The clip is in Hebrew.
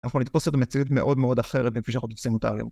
אנחנו נתפוס את המציאות מאוד מאוד אחרת, מכפי שאנחנו תופסים אותה היום